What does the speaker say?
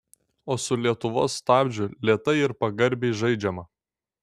o su lietuvos stabdžiu lėtai ir pagarbiai žaidžiama